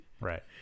Right